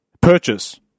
purchase